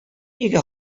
өйгә